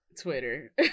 twitter